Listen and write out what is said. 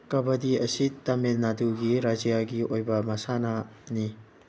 ꯀꯕꯗꯤ ꯑꯁꯤ ꯇꯥꯃꯤꯜ ꯅꯥꯗꯨꯒꯤ ꯔꯥꯏꯖ꯭ꯌꯥꯒꯤ ꯑꯣꯏꯕ ꯃꯁꯥꯟꯅꯅꯤ